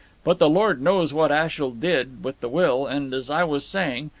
but the lord knows what ashiel did with the will, and, as i was saying,